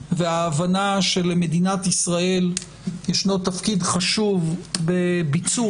וההבנה שלמדינת ישראל יש תפקיד חשוב בביצוע